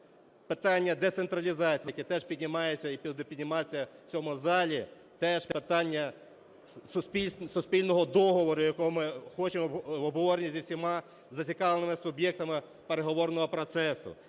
питання децентралізації, яке теж піднімається і буде підніматися в цьому залі, теж питання суспільного договору, якого ми хочемо обговорення зі всіма зацікавленими суб'єктами переговорного процесу.